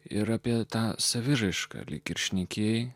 ir apie tą saviraišką lyg ir šneki